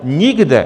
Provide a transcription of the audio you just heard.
Nikde!